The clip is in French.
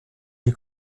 les